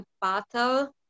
battle